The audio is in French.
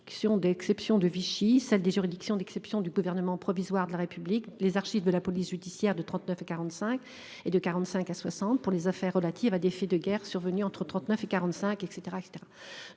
d'exception de Vichy, celle des juridictions d'exception du gouvernement provisoire de la République. Les archives de la police judiciaire de 39 45 et de 45 à 60 pour les affaires relatives à des faits de guerre survenue entre 39 et 45 et